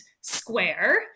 square